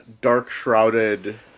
dark-shrouded